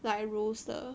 like rules 的